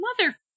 mother